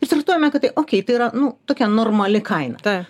ir traktuojame kad tai okei tai yra nu tokia normali kaina